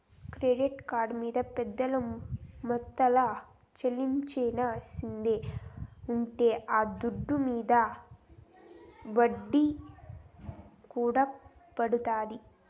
credit card మింద పెద్ద మొత్తంల చెల్లించాల్సిన స్తితే ఉంటే ఆ దుడ్డు మింద ఒడ్డీ కూడా పడతాది